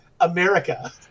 America